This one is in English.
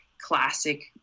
classic